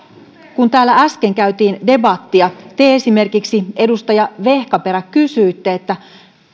kun täällä äsken käytiin debattia esimerkiksi te edustaja vehkaperä kysyitte että